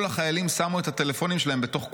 החיילים שמו את הטלפונים שלהם בתוך קופסה,